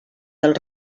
del